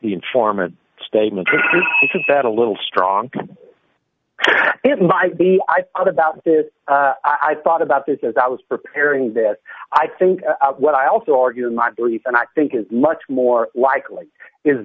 the informant statement said a little strong it might be i thought about this i thought about this as i was preparing this i think what i also argue in my brief and i think is much more likely is